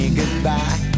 goodbye